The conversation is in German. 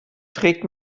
trägt